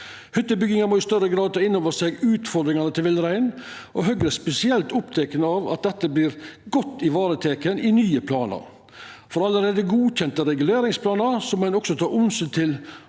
Hyttebygginga må i større grad ta inn over seg utfordringane til villreinen. Høgre er spesielt oppteke av at dette vert godt vareteke i nye planar. For allereie godkjende reguleringsplanar må ein også ta omsyn til